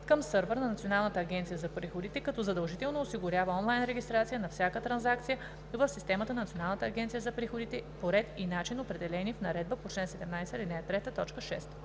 към сървър на Националната агенция за приходите, като задължително осигурява онлайн регистрация на всяка транзакция в системата на Националната агенция за приходите по ред и начин, определени в наредбата по чл.